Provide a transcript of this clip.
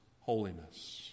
holiness